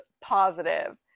positive